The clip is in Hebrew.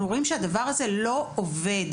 אנחנו רואים שהדבר הזה לא עובד,